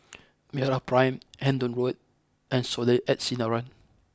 MeraPrime Hendon Road and Soleil at Sinaran